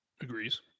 agrees